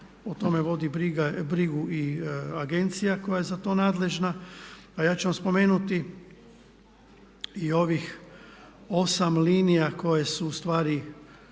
o tome vodi brigu i agencija koja je za to nadležna a ja ću vam spomenuti i ovih 8 linija koje su ustvari